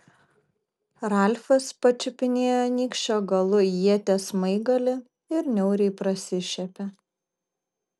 ralfas pačiupinėjo nykščio galu ieties smaigalį ir niauriai prasišiepė